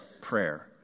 prayer